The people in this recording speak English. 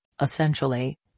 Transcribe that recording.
essentially